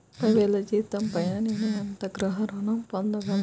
ముప్పై వేల జీతంపై నేను ఎంత గృహ ఋణం పొందగలను?